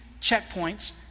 checkpoints